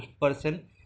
person